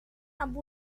amb